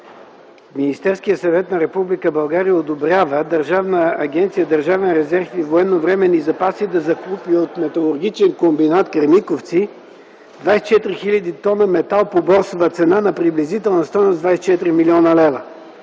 Министерският съвет на Република България одобрява Държавна агенция „Държавен резерв и военновременни запаси” да закупи от Металургичен комбинат „Кремиковци” 24 хил. т метал по борсова цена на приблизителна стойност 24 млн. лв.